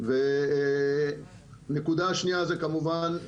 נקודה נוספת,